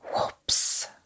whoops